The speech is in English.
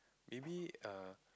maybe err